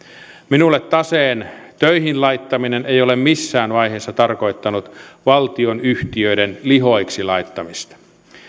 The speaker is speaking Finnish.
minulle taseen töihin laittaminen ei ole missään vaiheessa tarkoittanut valtionyhtiöiden lihoiksi laittamista